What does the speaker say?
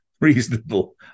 reasonable